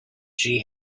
she